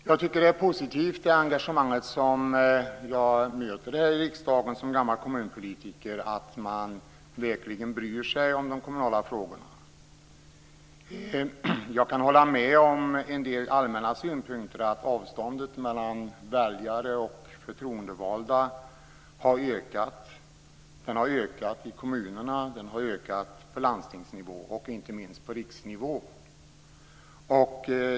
Jag tycker att det är positivt med det engagemang som jag som gammal kommunpolitiker möter här i riksdagen. Man bryr sig verkligen om de kommunala frågorna. I fråga om en del allmänna synpunkter kan jag säga att jag instämmer. Avståndet mellan väljare och förtroendevalda har ökat i kommunerna, på landstingsnivå och, inte minst, på riksnivå.